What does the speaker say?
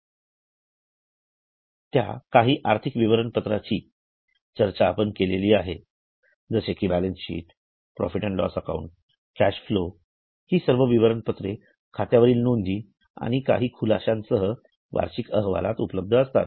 ज्याकाही आर्थिक विवरणपत्रांची चर्चा आपण केलेली आहे जसे कि balance sheet profit and loss account cash flow हि सर्व विवरणपत्रे खात्यावरील नोंदी आणि काही खुलाश्यासह वार्षिक अहवालात उपलब्ध असतात